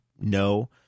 no